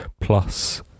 plus